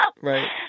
Right